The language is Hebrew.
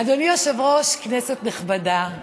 אדוני היושב-ראש, כנסת נכבדה,